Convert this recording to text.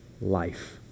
life